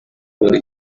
buri